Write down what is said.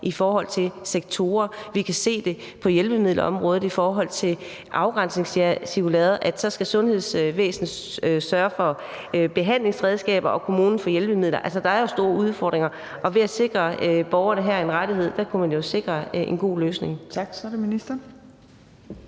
i forhold til sektorer. Vi kan se det på hjælpemiddelområdet i forhold til afgrænsningscirkulæret, altså at så skal sundhedsvæsenet sørge for behandlingsredskaber og kommunen for hjælpemidler. Der er jo store udfordringer, og ved at sikre borgerne her en rettighed kunne man jo sikre en god løsning.